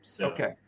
Okay